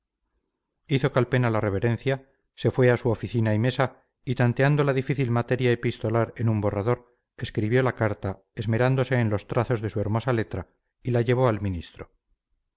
hizo calpena la reverencia se fue a su oficina y mesa y tanteando la difícil materia epistolar en un borrador escribió la carta esmerándose en los trazos de su hermosa letra y la llevó al ministro